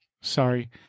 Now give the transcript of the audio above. Sorry